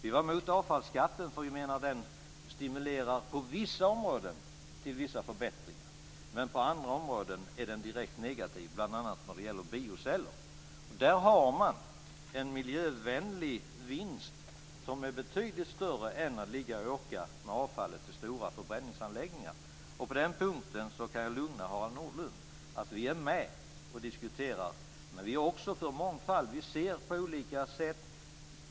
Vi var emot avfallsskatten, för vi menade att den stimulerar på vissa områden till vissa förbättringar, men på andra områden är den direkt negativ, bl.a. när det gäller bioceller. Där har man en miljövänlig vinst som är betydligt större än att åka med avfallet till stora förbränningsanläggningar. På den punkten kan jag lugna Harald Nordlund att vi är med och diskuterar, men vi är också för mångfald. Vi ser på olika sätt.